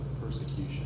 persecution